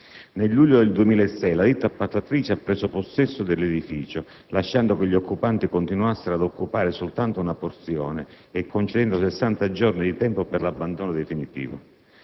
Nel luglio 2006 la ditta appaltatrice ha preso possesso dell'edificio, lasciando che gli occupanti continuassero ad occuparne soltanto una porzione e concedendo sessanta giorni di tempo per l'abbandono definitivo.